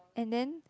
and then